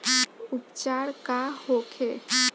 उपचार का होखे?